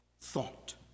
thought